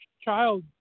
child